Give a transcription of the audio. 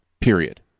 period